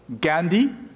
Gandhi